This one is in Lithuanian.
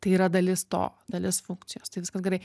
tai yra dalis to dalis funkcijos tai viskas gerai